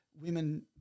Women